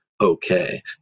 okay